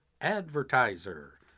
Advertiser